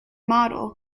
model